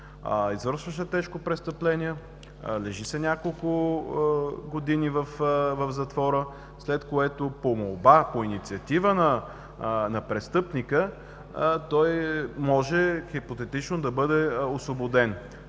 Извършва се тежко престъпление, лежи се няколко години в затвора, след което по молба, по инициатива на престъпника, той може хипотетично да бъде освободен.